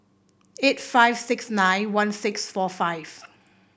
eight five six nine one six four five